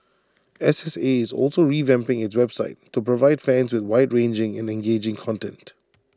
S S A is also revamping its website to provide fans with wide ranging and engaging content